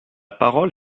parole